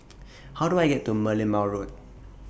How Do I get to Merlimau Road